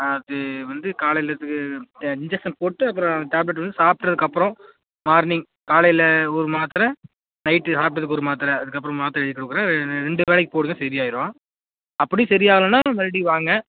ஆ அது வந்து காலையில் இன்ஜெக்ஷன் போட்டு அப்புறம் டேப்லெட் வந்து சாப்பிட்டதுக்கு அப்புறம் மார்னிங் காலையில் ஒரு மாத்திர நைட்டு சாப்பிட்டதுக்கு ஒரு மாத்திர அதுக்கப்புறம் மாத்திர எழுதிக் கொடுக்குறேன் ரெ ரெண்டு வேளைக்கு போடுங்கள் சரி ஆயிடும் அப்படியும் சரி ஆகலைன்னா மறுபடியும் வாங்க